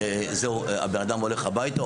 האדם הולך הביתה,